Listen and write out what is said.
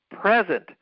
present